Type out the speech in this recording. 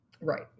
Right